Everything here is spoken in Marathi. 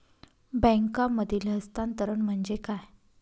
बँकांमधील हस्तांतरण म्हणजे काय?